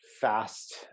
fast